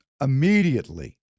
immediately